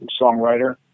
songwriter